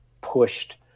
pushed